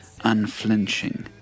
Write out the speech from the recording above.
unflinching